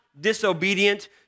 disobedient